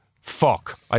fuck